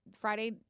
Friday